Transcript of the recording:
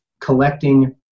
collecting